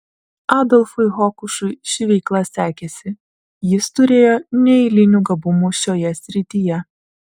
adolfui hokušui ši veikla sekėsi jis turėjo neeilinių gabumų šioje srityje